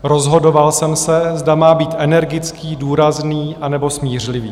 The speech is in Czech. Rozhodoval jsem se, zda má být energický, důrazný, anebo smířlivý.